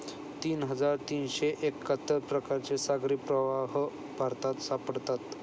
तीन हजार तीनशे एक्काहत्तर प्रकारचे सागरी प्रवाह भारतात सापडतात